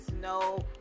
no